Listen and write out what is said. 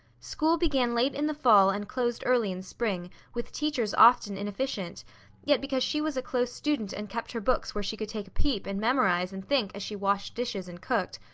school began late in the fall and closed early in spring, with teachers often inefficient yet because she was a close student and kept her books where she could take a peep and memorize and think as she washed dishes and cooked,